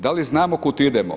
Da li znamo kud idemo?